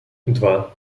два